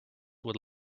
would